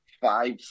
five